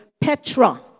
Petra